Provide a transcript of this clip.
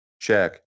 Check